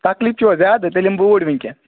تَکلیٖف چھُوٕ زیادٕ تیٚلہِ یِم بہٕ اوٗرۍ وٕنۍکٮ۪ن